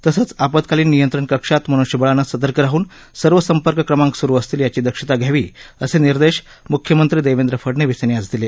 तसंच आपत्कालीन नियंत्रण कक्षात मनृष्यबळानं सतर्क राहन सर्व संपर्क क्रमांक सूरू असतील याची दक्षता घ्यावी असे निर्देश म्ख्यमंत्री देवेंद्र फडणवीस यांनी आज दिले